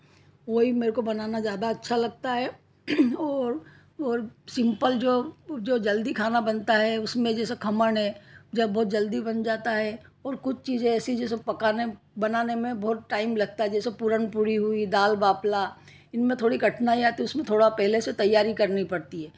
वह ही मेरे को बनाना ज़्यादा अच्छा लगता है और और सिंपल जो जो जल्दी खाना बनता है उसमें जैसा खमण है जब बहुत जल्दी बन जाता है और कुछ चीज़ें ऐसी चीज़ों से पकाने बनाने में बहुत टाइम लगता है जैसे पूरन पूरी हुई दाल बापला इनमें थोड़ी कठिनाई आती है उसमे थोड़ा पहले से तैयारी करनी पड़ती है